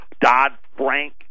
Dodd-Frank